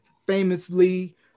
famously